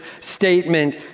statement